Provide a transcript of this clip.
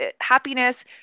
Happiness